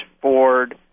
Ford